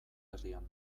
herrian